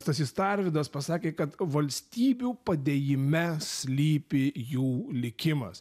stasys tarvydas pasakė kad valstybių padėjime slypi jų likimas